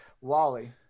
Wally